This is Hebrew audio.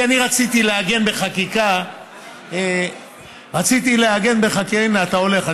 כי אני רציתי לעגן בחקיקה, הינה, אתה הולך.